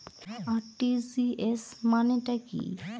RTGS মানে টা কি?